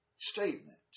statement